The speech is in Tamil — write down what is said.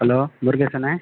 ஹலோ முருகேஸ் அண்ணன்